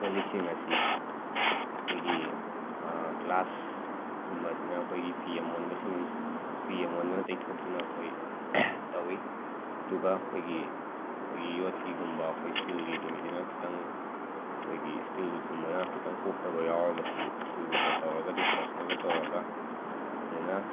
call ꯂꯤꯛꯁꯤꯡ ꯑꯁꯤ ꯑꯩꯈꯣꯏꯒꯤ ꯒ꯭ꯂꯥꯁꯒꯨꯝꯕꯁꯤꯅ ꯑꯩꯈꯣꯏꯒꯤ ꯐꯤ ꯑꯃꯣꯟꯕ ꯁꯤꯟ ꯐꯤ ꯑꯃꯣꯟꯕꯅ ꯇꯩꯊꯣꯛꯇꯨꯅ ꯑꯩꯈꯣꯏ ꯇꯧꯏ ꯑꯗꯨꯒ ꯑꯩꯈꯣꯏꯒꯤ ꯑꯩꯈꯣꯏꯒꯤ ꯌꯣꯠꯀꯤꯒꯨꯝꯕ ꯑꯩꯈꯣꯏ ꯁ꯭ꯇꯤꯜꯒꯤꯁꯤꯡꯁꯤꯅ ꯈꯤꯇꯪ ꯑꯩꯈꯣꯏꯒꯤ ꯁ꯭ꯇꯤꯜꯒꯨꯝꯕꯅ ꯈꯤꯇꯪ ꯀꯣꯛꯇꯕ ꯌꯥꯎꯔꯒꯁꯨ ꯁ꯭ꯇꯤꯜꯋꯨꯠꯅ ꯇꯧꯔꯒ ꯗꯤꯁ ꯋꯥꯁꯔꯒ ꯇꯧꯔꯒ ꯐꯖꯟꯅ